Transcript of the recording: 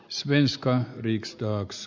värderade talman